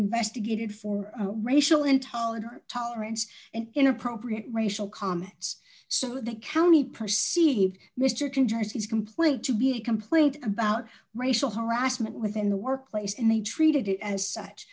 investigated for racial intolerance tolerance and inappropriate racial comments so the county perceived mr controls his complaint to be a complaint about racial harassment within the workplace and they treated it as such